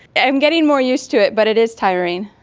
i'm getting more used to it but it is tiring.